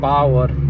Power